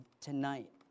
tonight